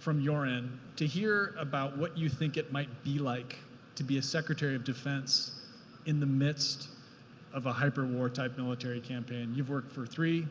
from your end to hear about what you think it might be like to be a secretary of defense in the midst of a hyperwar type military campaign. you've worked for three.